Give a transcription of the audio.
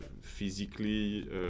physically